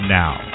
now